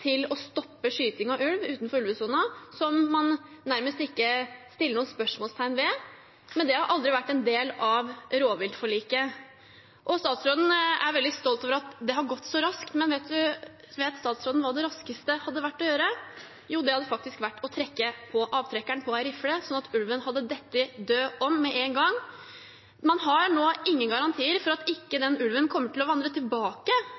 til å stoppe skyting av ulv utenfor ulvesona, og som man nærmest ikke setter noen spørsmålstegn ved, men dette har aldri vært en del av rovviltforliket. Statsråden er veldig stolt over at det har gått så raskt, men vet statsråden hva det raskeste hadde vært å gjøre? Jo, det hadde faktisk vært å trekke på avtrekkeren på ei rifle, sånn at ulven hadde falt død om med en gang. Man har nå ingen garantier for at ikke den ulven kommer til å vandre tilbake